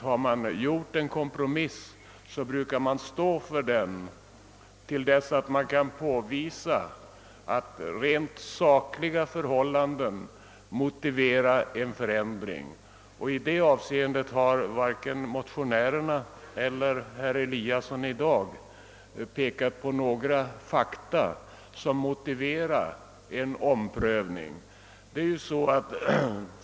Har man gjort en kompromiss brukar man dock få stå för denna till dess att det går att påvisa att rent sakliga förhållanden motiverar en förändring. I det avseendet har varken motionärerna eller herr Eliasson i Sundborn i dag pekat på några fakta som kan motivera en omprövning.